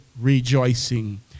rejoicing